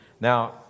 Now